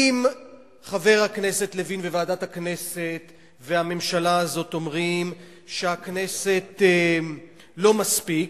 אם חבר הכנסת לוין וועדת הכנסת והממשלה הזאת אומרים שהכנסת לא מספיקה,